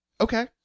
Okay